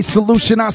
Solution